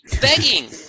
begging